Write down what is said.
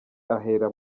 ahera